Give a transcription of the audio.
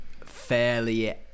fairly